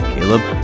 Caleb